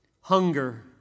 hunger